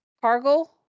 Cargill